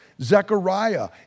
Zechariah